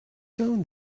down